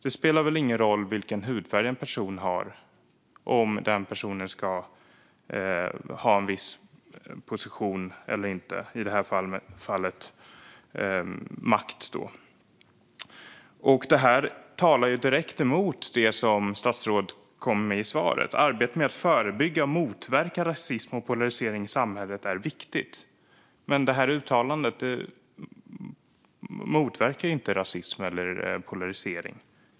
Det spelar väl ingen roll vilken hudfärg en person har för om den personen ska ha en viss position eller inte - i det här fallet makt? Detta talar ju direkt emot det som statsrådet kom med i interpellationssvaret: Arbetet med att förebygga och motverka rasism och polarisering i samhället är viktigt. Uttalandet motverkar ju inte rasism eller polarisering.